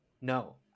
no